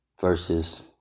Versus